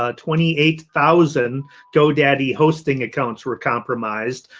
ah twenty eight thousand godaddy hosting accounts were compromised.